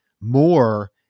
more